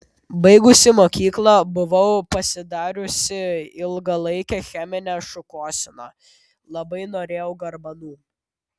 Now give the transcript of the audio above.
baigusi mokyklą buvau pasidariusi ilgalaikę cheminę šukuoseną labai norėjau garbanų